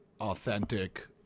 authentic